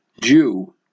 Jew